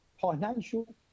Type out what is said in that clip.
financial